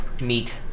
Meat